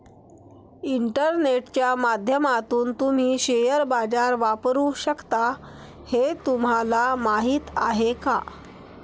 इंटरनेटच्या माध्यमातून तुम्ही शेअर बाजार वापरू शकता हे तुम्हाला माहीत आहे का?